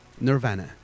Nirvana